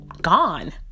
gone